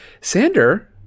sander